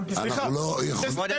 אנחנו לא יכולים.